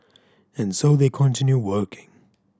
and so they continue working